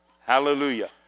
Hallelujah